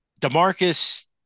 DeMarcus